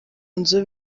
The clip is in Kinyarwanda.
nzu